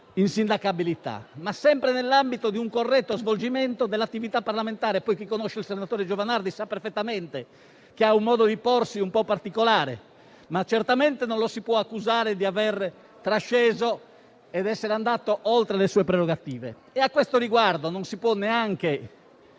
insindacabilità, e sempre nell'ambito di un corretto svolgimento dell'attività parlamentare. Chi conosce il senatore Giovanardi sa perfettamente che ha un modo di porsi un po' particolare, ma certamente non lo si può accusare di aver trasceso ed essere andato oltre le sue prerogative. A questo riguardo non si può neanche